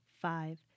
five